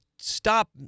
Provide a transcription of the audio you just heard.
Stop